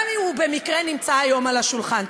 גם אם הוא במקרה נמצא היום על השולחן.